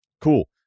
cool